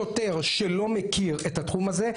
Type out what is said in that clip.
שוטר שלא מכיר את התחום הזה,